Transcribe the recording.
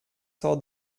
saw